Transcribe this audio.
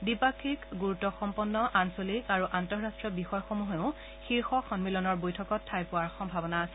দ্বিপাক্ষিক গুৰুত্বসম্পন্ন আঞ্চলিক আৰু আন্তঃৰাষ্ট্ৰীয় বিষয়সমূহেও শীৰ্ষ সন্মিলনৰ বৈঠকত ঠাই পোৱাৰ সম্ভাৱনা আছে